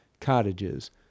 Cottages